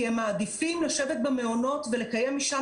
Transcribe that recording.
כי הם מעדיפים לשבת במעונות ולקיים משם